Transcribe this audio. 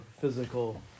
physical